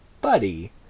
Buddy